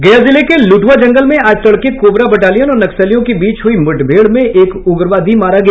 गया जिले के लुटुआ जंगल में आज तड़के कोबरा बटालियन और नक्सलियों के बीच हुई मुठभेड़ में एक उग्रवादी मारा गया